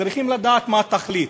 סיפורים יספרו לך לפני שינה.